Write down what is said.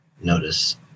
notice